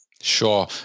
Sure